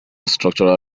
structural